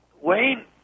Wayne